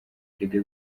erega